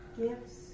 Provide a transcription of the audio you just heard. Gifts